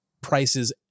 prices